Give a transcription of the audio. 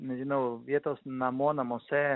nežinau vietos namo namuose